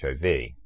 HIV